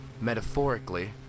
metaphorically